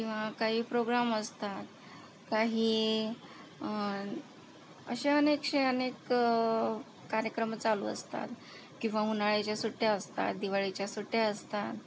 किंवा काहीे प्रोग्राम असतात काही असे अनेकसे अनेक कार्यक्रम चालू असतात किंवा उन्हाळ्याच्या सुट्ट्या असतात दिवाळीच्या सुट्ट्या असतात